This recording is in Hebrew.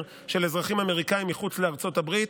של אזרחים אמריקנים מחוץ לארצות הברית,